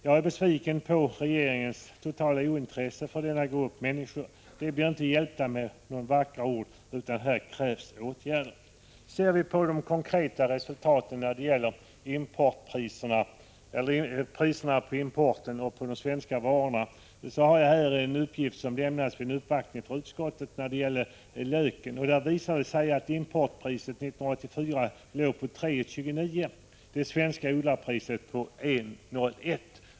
Jag är besviken på regeringens totala ointresse för denna grupp människor. De blir inte hjälpta med några vackra ord, utan här krävs det åtgärder. Jag har en konkret uppgift om importpriserna och priserna på svenska varor, som lämnades vid en uppvaktning inför utskottet. Den gäller lök. Det framkom att importpriset 1984 låg på 3:29 och det svenska odlarpriset på 1:01.